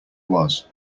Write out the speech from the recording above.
was